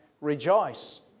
Rejoice